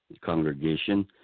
congregation